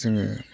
जोङो